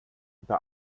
bei